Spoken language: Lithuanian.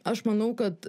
aš manau kad